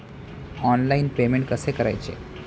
Online payment कसे करायचे?